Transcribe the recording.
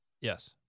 Yes